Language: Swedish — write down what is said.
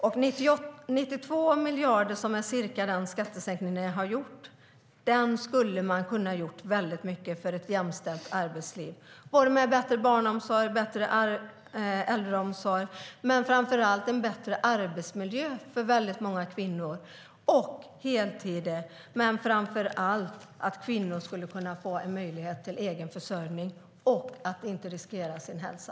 För 92 miljarder, som är ungefär den skattesänkning ni har gjort, skulle man ha kunnat göra väldigt mycket för ett jämställt arbetsliv: bättre barnomsorg, bättre äldreomsorg men framför allt en bättre arbetsmiljö för många kvinnor samt heltider. Framför allt skulle kvinnor kunna få en möjlighet till egen försörjning och inte riskera sin hälsa.